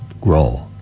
grow